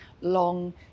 long